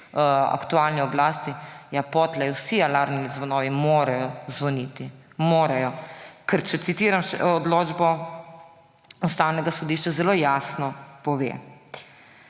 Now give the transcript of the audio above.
aktualni oblasti, ja, potlej morajo vsi alarmni zvonovi zvoniti. Morajo, ker če citiram odločbo Ustavnega sodišča, zelo jasno pove: